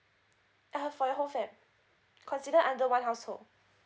uh for your whole fam~ consider under one household